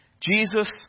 Jesus